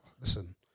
Listen